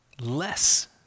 less